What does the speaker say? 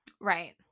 Right